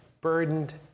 burdened